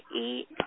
eat